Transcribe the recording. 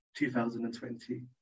2020